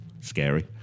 Scary